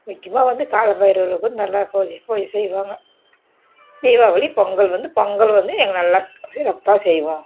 முக்கியமாக வந்து கால பைரவருக்கு வந்து நல்லா பூஜை பூஜை செய்வாங்க தீபாவளி பொங்கல் வந்து பொங்கல் வந்து பொங்கல் வந்து இங்கே நல்லா சிறப்பாக செய்வோம்